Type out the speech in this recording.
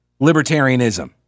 Libertarianism